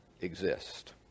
exist